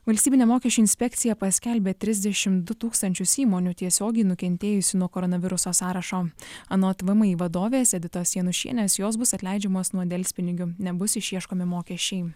valstybinė mokesčių inspekcija paskelbė trisdešimt du tūkstančius įmonių tiesiogiai nukentėjusių nuo koronaviruso sąrašo anot vmi vadovės editos janušienės jos bus atleidžiamos nuo delspinigių nebus išieškomi mokesčiai